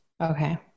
Okay